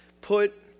Put